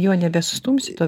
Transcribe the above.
jo nebesustumsi to